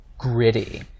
gritty